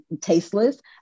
tasteless